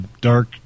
dark